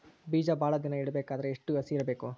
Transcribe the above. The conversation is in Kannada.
ಬೇಜ ಭಾಳ ದಿನ ಇಡಬೇಕಾದರ ಎಷ್ಟು ಹಸಿ ಇರಬೇಕು?